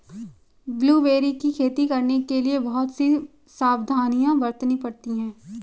blueberry की खेती करने के लिए बहुत सी सावधानियां बरतनी पड़ती है